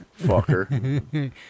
fucker